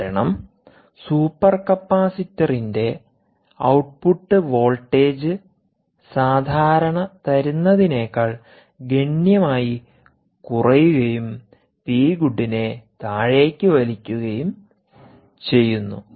കാരണം സൂപ്പർ കപ്പാസിറ്ററിന്റെ output voltage സാധാരണ തരുന്നതിനെക്കാൾ ഗണ്യമായി കുറയുകയും പി ഗുഡിനെ താഴേക്ക് വലിക്കുകയും ചെയ്യുന്നു